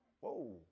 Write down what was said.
whoa